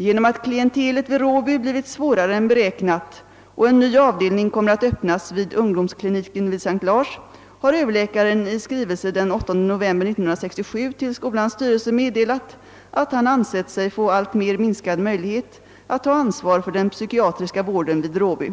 Genom att klientelet vid Råby blivit svårare än beräknat och en ny avdelning kommer att öppnas vid ungdomskliniken vid S:t Lars har överläkaren i skri velse den 8 november 1967 till skolans styrelse meddelat, att han ansett sig få alltmer minskad möjlighet att ta ansvar för den psykiatriska vården vid Råby.